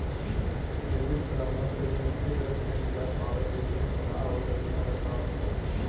credit परामर्श agency ऋण से निजात पावे क लिए सलाह आउर योजना बतावेली